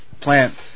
plant